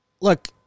look